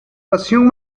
pasión